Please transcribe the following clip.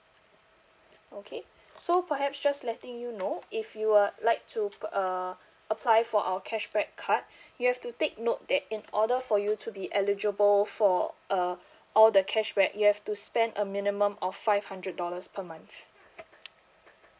okay so perhaps just letting you know if you were like to uh apply for our cashback card you have to take note that in order for you to be eligible for uh all the cashback you have to spend a minimum of five hundred dollars per month